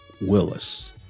Willis